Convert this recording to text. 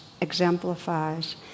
exemplifies